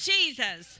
Jesus